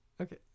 Okay